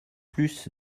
plus